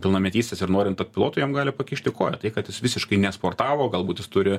pilnametystės ir norint tapt pilotu jam gali pakišti koją tai kad jis visiškai nesportavo galbūt jis turi